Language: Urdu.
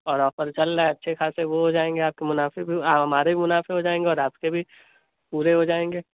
اور آفر چل رہا ہے اچھے خاصے وہ ہو جائیں گے آپ کے منافع بھی ہمارے بھی منافع ہو جائیں گے اور آپ کے بھی پورے ہو جائیں گے